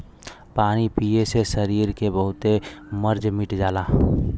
पानी पिए से सरीर के बहुते मर्ज मिट जाला